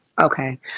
okay